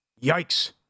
Yikes